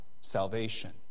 salvation